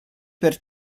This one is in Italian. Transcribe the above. per